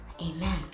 amen